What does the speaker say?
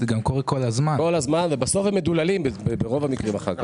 זה גם קורה כל הזמן ובסוף הם מדוללים ברוב המקרים אחר כך.